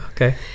okay